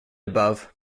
above